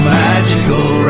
magical